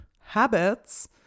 habits